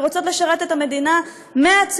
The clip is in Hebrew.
ורוצות לשרת את המדינה בצבא,